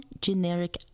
generic